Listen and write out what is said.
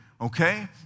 okay